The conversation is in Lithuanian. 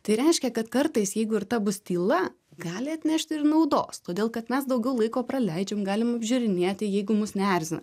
tai reiškia kad kartais jeigu ir ta bus tyla gali atnešti ir naudos todėl kad mes daugiau laiko praleidžiam galim apžiūrinėti jeigu mūs neerzina